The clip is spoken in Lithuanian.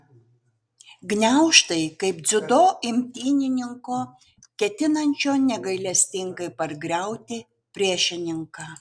gniaužtai kaip dziudo imtynininko ketinančio negailestingai pargriauti priešininką